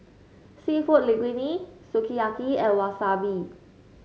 seafood Linguine Sukiyaki and Wasabi